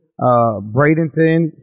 Bradenton